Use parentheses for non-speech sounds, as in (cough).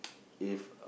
(noise) if uh